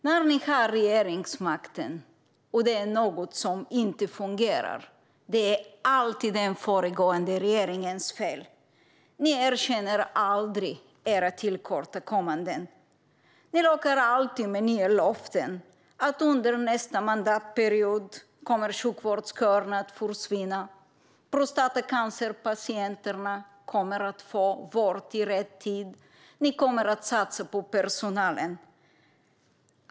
När ni har regeringsmakten och det är något som inte fungerar är det alltid den föregående regeringens fel. Ni erkänner aldrig era tillkortakommanden. Ni lockar alltid med nya löften: Under nästa mandatperiod kommer sjukvårdsköerna att försvinna. Prostatacancerpatienterna kommer att få vård i tid, och ni kommer att satsa på personalen.